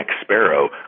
Sparrow